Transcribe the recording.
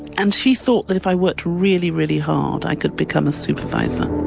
and she thought that if i worked really, really hard, i could become a supervisor.